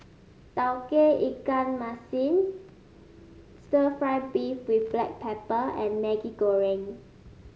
Tauge Ikan Masin stir fry beef with Black Pepper and Maggi Goreng